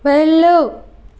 వెళ్ళు